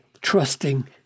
trusting